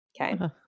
Okay